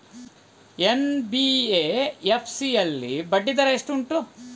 NBFC ಯಲ್ಲಿ ಬಡ್ಡಿ ದರ ಎಷ್ಟು ಉಂಟು?